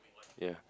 ya